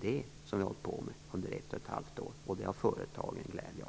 Det är vad vi har hållit på med under ett och ett halvt år, och det har företagen glädje av.